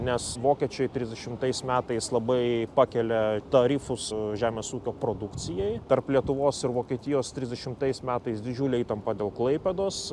nes vokiečiai trisdešimtais metais labai pakelia tarifus žemės ūkio produkcijai tarp lietuvos ir vokietijos trisdešimtais metais didžiulė įtampa dėl klaipėdos